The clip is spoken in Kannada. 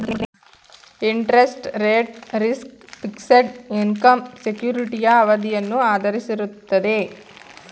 interest rate risk, fixed income ಸೆಕ್ಯೂರಿಟಿಯ ಅವಧಿಯನ್ನು ಆಧರಿಸಿರುತ್ತದೆ